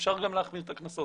אפשר גם להחמיר את הקנסות